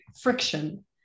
friction